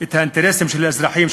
את האינטרסים של האזרחים,